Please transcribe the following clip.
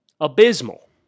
Abysmal